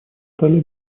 стали